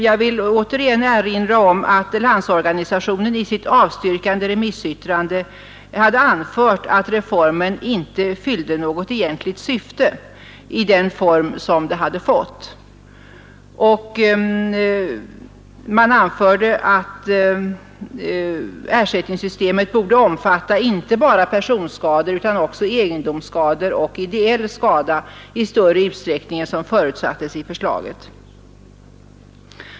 Jag vill återigen erinra om att Landsorganisationen i sitt avstyrkande remissyttrande hade anfört att reformen inte fyllde något egentligt syfte i den form förslaget hade fått. Man anförde att ersättningssystemet borde omfatta inte bara personskador utan också egendomsskador och ideell skada i större utsträckning än som förutsattes i förslaget.